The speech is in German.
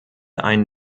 einen